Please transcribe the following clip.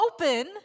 open